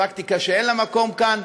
פרקטיקה שאין לה מקום כאן,